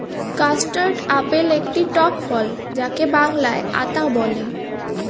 custard apple একটি টক ফল যাকে বাংলায় আতা বলে